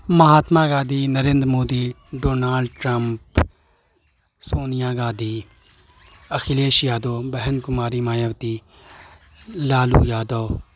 Mahatma Gandhi Narendra Modi Donald Trump Sonia Gandhi Akhilesh Yadav بہن کماری مایاوتی لالو یادو